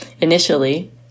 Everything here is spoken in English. initially